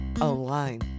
online